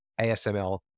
ASML